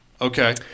Okay